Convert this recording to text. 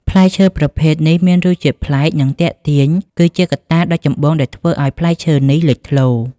ផ្លែឈើប្រភេទនេះមានរសជាតិប្លែក និងទាក់ទាញ គឺជាកត្តាដ៏ចម្បងដែលធ្វើឱ្យផ្លែឈើនេះលេចធ្លោ។